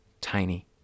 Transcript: tiny